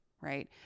right